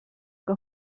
que